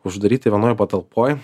uždaryti vienoj patalpoj